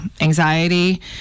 anxiety